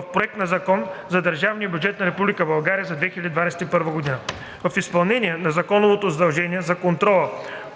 в Проекта на закон за държавния бюджет на Република България за 2021 г. В изпълнение на законовото задължение за контрол